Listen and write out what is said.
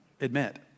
admit